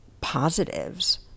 positives